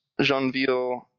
Jeanville